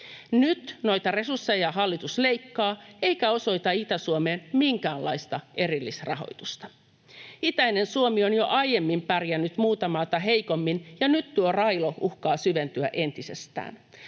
Nyt noita resursseja hallitus leikkaa eikä osoita Itä-Suomeen minkäänlaista erillisrahoitusta. Itäinen Suomi on jo aiemmin pärjännyt muuta maata heikommin, ja nyt tuo railo uhkaa syventyä entisestään.